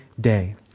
day